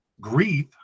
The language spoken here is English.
grief